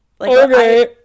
Okay